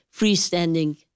freestanding